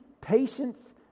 patience